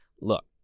Look